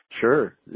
Sure